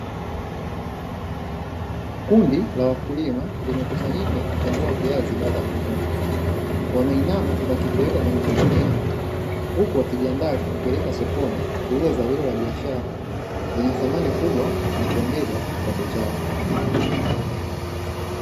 Kundi la wakulima limekusanyika kuchambua viazi baada ya kuvuna. Wameinama wakiviweka kwenye magumia, huku wakijiandaa kuvipeleka sokoni, kwa kuuza zao hilo la biashara na kuongeza thamani ya kipato chao.